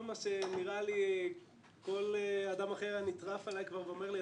כל אדם אחר היה נטרף עלי כבר ואומר לי,